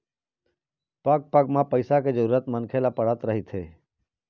पग पग म पइसा के जरुरत मनखे ल पड़त रहिथे